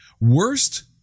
Worst